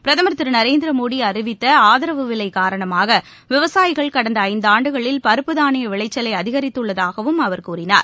பிரதமர் திருநரேந்திரமோடிஅறிவித்தஆதரவு விலைகாரணமாகவிவசாயிகள் கடந்தஐந்தாண்டுகளில் பருப்பு தானியவிளைச்சலைஅதிகரித்துள்ளதாகவும் அவர் கூறினார்